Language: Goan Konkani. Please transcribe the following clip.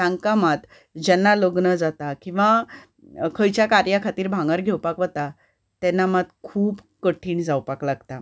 तांकां मात जेन्ना लग्न जाता किंवां खंयच्या कार्या खातीर भांगर घेवपाक वता तेन्ना मात खूब कठीण जावपाक लागता